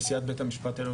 נשיאת בית המשפט העליון,